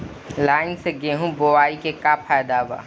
Line से गेहूं बोआई के का फायदा बा?